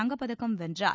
தங்கப்பதக்கம் வென்றார்